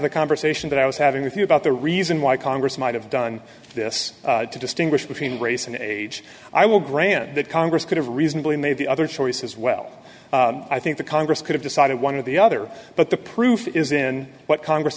the conversation that i was having with you about the reason why congress might have done this to distinguish between race and age i will grant that congress could have reasonably made the other choice as well i think the congress could have decided one of the other but the proof is in what congress